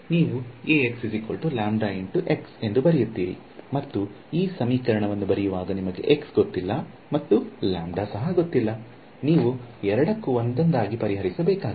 ನೀವು ಎಂದು ಬರೆಯುತ್ತೀರಿ ಮತ್ತು ಈ ಸಮೀಕರಣವನ್ನು ಬರೆಯುವಾಗ ನಿಮಗೆ x ಗೊತ್ತಿಲ್ಲ ಮತ್ತು ಸಹ ಗೊತ್ತಿಲ್ಲ ನೀವು ಎರಡಕ್ಕೂ ಒಂದೊಂದಾಗಿ ಪರಿಹರಿಸಬೇಕಾಗಿದೆ